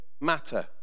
matter